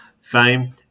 fame